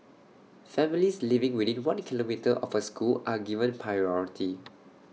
families living within one kilometre of A school are given priority